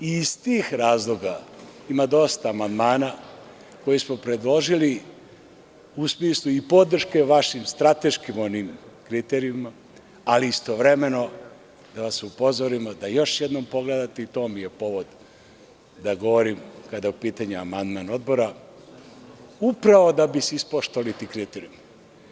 Iz tih razloga ima dosta amandmana koje smo predložili, u smislu i podrške vašim strateškim kriterijuma, ali istovremeno da vas upozorimo da još jednom pogledate i to je bio povod da govorim, kada je u pitanju amandman Odbora, upravo da bi se ispoštovali ti kriterijumi.